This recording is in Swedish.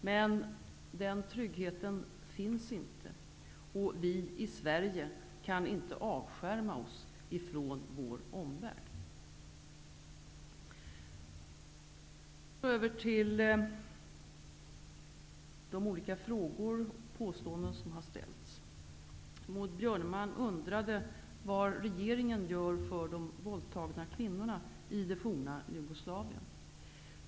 Men den tryggheten finns inte. Vi i Sverige kan inte avskärma oss från vår omvärld. Så över till de olika frågor som har ställts och de olika påståenden som har gjorts. Maud Björ nemalm undrade vad regeringen gör för de våld tagna kvinnorna i det forna Jugoslavien.